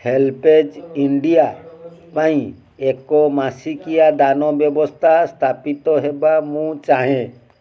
HelpAge India ପାଇଁ ଏକ ମାସିକିଆ ଦାନ ବ୍ୟବସ୍ଥା ସ୍ଥାପିତ ହେବା ମୁଁ ଚାହେଁ